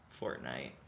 Fortnite